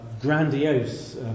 grandiose